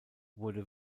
wurde